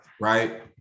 Right